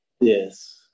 Yes